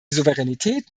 souveränität